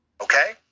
Okay